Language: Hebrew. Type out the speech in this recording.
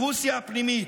ברוסיה הפנימית.